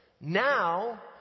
Now